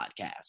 podcast